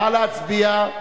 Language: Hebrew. נא להצביע,